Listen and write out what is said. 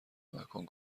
مکان